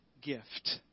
gift